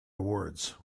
awards